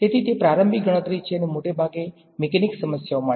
તેથી તે પ્રારંભિક ગણતરી છે અને મોટે ભાગે મિકેનિક્સ સમસ્યાઓ માટે